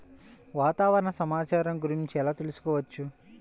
వాతావరణ సమాచారం గురించి ఎలా తెలుసుకోవచ్చు?